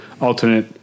alternate